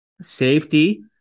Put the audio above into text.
Safety